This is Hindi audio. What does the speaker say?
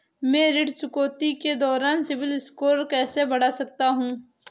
मैं ऋण चुकौती के दौरान सिबिल स्कोर कैसे बढ़ा सकता हूं?